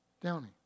Downey